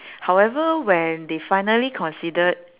however when they finally considered